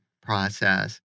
process